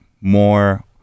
more